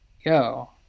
yo